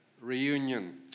Reunion